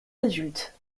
adultes